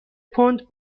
پوند